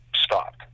stopped